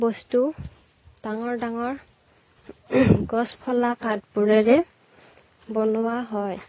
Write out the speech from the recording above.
বস্তু ডাঙৰ ডাঙৰ গছ ফলা কাঠবোৰেৰে বনোৱা হয়